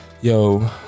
Yo